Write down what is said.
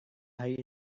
hari